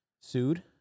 sued